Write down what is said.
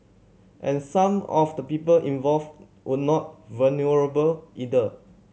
and some of the people involved would not vulnerable either